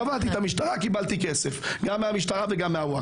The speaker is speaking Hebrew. תבעתי את המשטרה וקיבלתי כסף גם מהמשטרה וגם מהווקף.